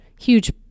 huge